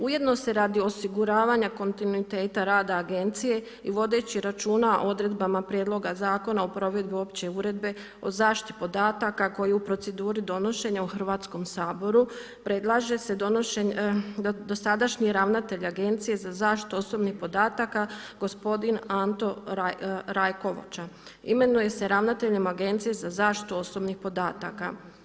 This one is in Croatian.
Ujedno se radi osiguravanja kontinuiteta rada agencije i vodeći računa o odredbama Prijedloga zakona o provedbi opće uredbe o zaštiti podataka koji je u proceduri donošenja u Hrvatskom saboru predlaže se dosadašnji ravnatelj Agencije za zaštitu osobnih podataka gospodin Anto Rajkovića, imenuje se ravnateljem Agencije za zaštitu osobnih podataka.